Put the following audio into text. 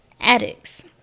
Addicts